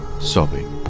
sobbing